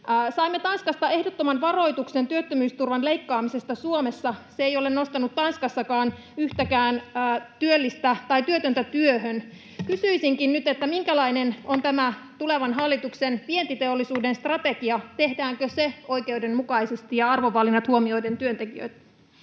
Saimme Tanskasta ehdottoman varoituksen työttömyysturvan leikkaamisesta Suomessa. Se ei ole nostanut Tanskassakaan yhtäkään työtöntä työhön. Kysyisinkin nyt: Minkälainen on tämä tulevan hallituksen vientiteollisuuden strategia? Tehdäänkö se oikeudenmukaisesti ja arvovalinnat huomioiden työntekijöitä?